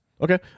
Okay